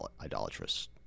idolatrous